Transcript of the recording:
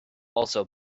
also